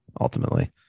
ultimately